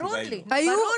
ברור לי שלא.